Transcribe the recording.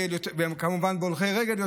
כמובן יותר הולכי רגל,